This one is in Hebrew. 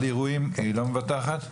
אבל אירועים היא לא מבטחת?